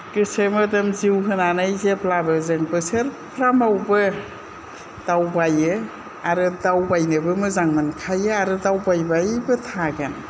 गोसो मोदोम जिउ होनानै जेब्लाबो जों बोसोरफ्रामावबो दावबायो आरो दावबायनोबो मोजां मोनखायो आरो दावबायबायबो थागोन